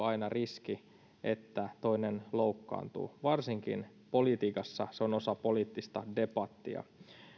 aina riski että toinen loukkaantuu varsinkin politiikassa se on osa poliittista debattia